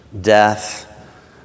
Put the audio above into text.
death